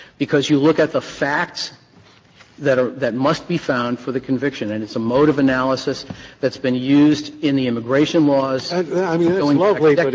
because you look at the facts that are that must be found for the conviction, and it's a mode of analysis that's been used in the immigration laws i mean going back